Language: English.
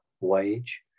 wage